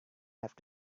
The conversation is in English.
have